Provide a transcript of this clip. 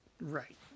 Right